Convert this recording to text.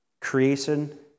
Creation